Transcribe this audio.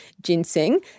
ginseng